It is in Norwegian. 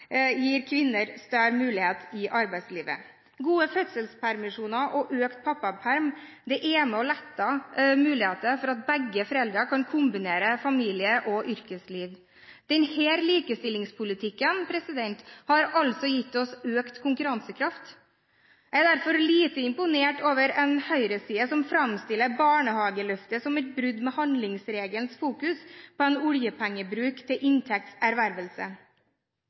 gir kvinner større muligheter i arbeidslivet. Gode fødselspermisjoner og økt pappaperm er med på å lette mulighetene for at begge foreldrene kan kombinere familie- og yrkesliv. Denne likestillingspolitikken har altså gitt oss økt konkurransekraft. Jeg er derfor lite imponert over en høyreside som framstiller barnehageløftet som et brudd med handlingsregelens fokus på en oljepengebruk til